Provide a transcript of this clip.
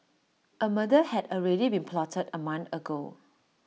A murder had already been plotted A month ago